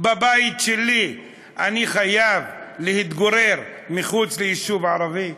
בבית שלי אני חייב להתגורר מחוץ ליישוב ערבי?